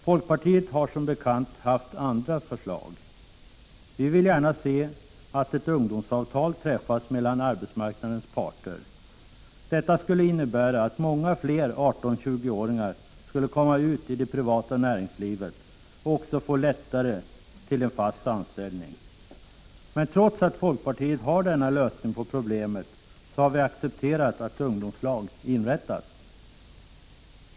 Folkpartiet har som bekant lagt fram andra förslag. Vi vill gärna se att ett ungdomsavtal träffas mellan arbetsmarknadens parter. Detta skulle innebära att många fler 18-20-åringar skulle komma ut i det privata näringslivet och också lättare få en fast anställning. Men trots att folkpartiet har föreslagit denna lösning på problemet, har vi accepterat att ungdomslag inrättas.